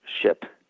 ship